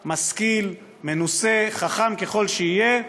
משכיל, מנוסה, חכם ככל שיהיה,